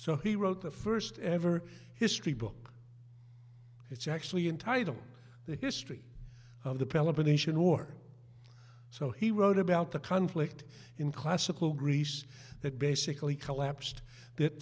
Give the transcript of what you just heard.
so he wrote the first ever history book it's actually in title the history of the peloponnesian war so he wrote about the conflict in classical greece that basically collapsed th